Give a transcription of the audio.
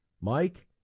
Mike